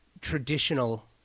traditional